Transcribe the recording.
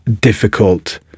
difficult